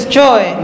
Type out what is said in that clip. joy